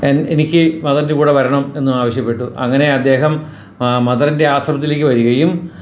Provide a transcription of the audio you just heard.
എനിക്ക് മദറിൻ്റെ കൂടെ വരണം എന്നാവശ്യപ്പെട്ടു അങ്ങനെ അദ്ദേഹം മദറിൻ്റെ ആശ്രമത്തിലേക്ക് വരികയും